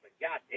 Goddamn